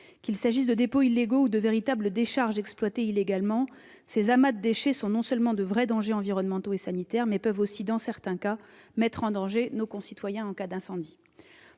Qu'il s'agisse de dépôts illégaux ou de véritables décharges exploitées illégalement, ces amas de déchets non seulement sont de vrais dangers environnementaux et sanitaires, mais peuvent aussi, dans certains cas, mettre en danger nos concitoyens en cas d'incendie.